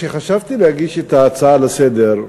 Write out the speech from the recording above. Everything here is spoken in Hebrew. כשחשבתי להגיש את ההצעה לסדר-היום,